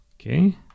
Okay